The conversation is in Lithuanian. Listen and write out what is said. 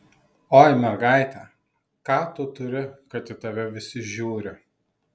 oi mergaite ką tu turi kad į tave visi žiūri